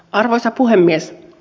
arvoisa puhemies